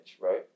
right